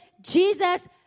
Jesus